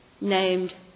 named